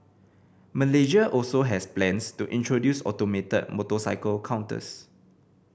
Malaysia also has plans to introduce automated motorcycle counters